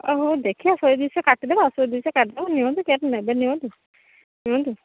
ଓ ହେଉ ଦେଖିବା ଶହେ ଦୁଇଶହ କାଟିଦେବା ଶହେ ଦୁଇଶହ କାଟିଦେବା ନିଅନ୍ତୁ କେଉଁଟା ନେବେ ନିଅନ୍ତୁ ନିଅନ୍ତୁ